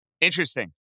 Interesting